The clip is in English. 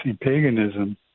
paganism